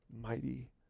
mighty